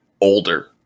older